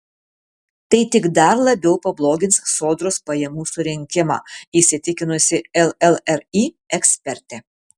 tai tik dar labiau pablogins sodros pajamų surinkimą įsitikinsi llri ekspertė